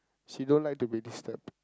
she don't like to be disturbed